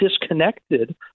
disconnected